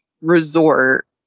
resort